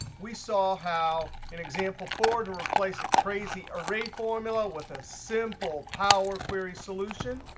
we saw how an example for to replace a crazy array formula with a simple power query solution.